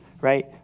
right